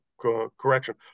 correction